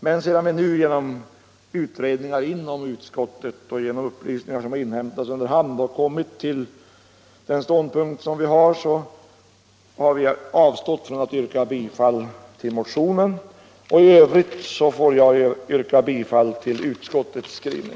Men på grund av utredningar som gjorts inom utskottet och med hänsyn till upplysningar som inhämtats under hand har vi avstått från att reservera oss till förmån för motionen.